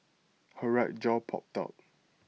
her right jaw popped out